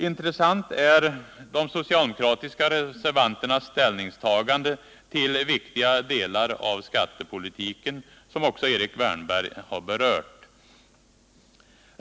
Intressant är de socialdemokratiska reservanternas ställningstagande till viktiga delar av skattepolitiken, som också Erik Wärnberg berört.